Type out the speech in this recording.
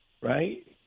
right